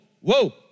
whoa